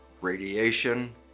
Radiation